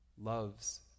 Loves